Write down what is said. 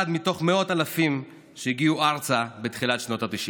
אחד מתוך מאות אלפים שהגיעו ארצה בתחילת שנות התשעים.